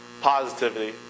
positivity